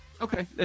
Okay